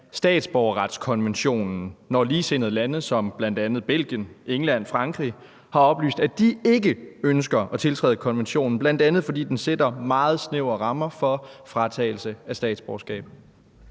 statsborgerretskonventionen, når ligesindede lande som bl.a. Belgien, England og Frankrig har oplyst, at de ikke ønsker at tiltræde konventionen, bla. fordi den sætter meget snævre rammer for fratagelse af statsborgerskab.